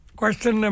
question